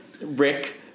Rick